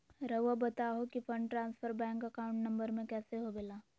रहुआ बताहो कि fund transfer bank account number में कैसे होबेला?